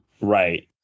Right